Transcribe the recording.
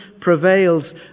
prevails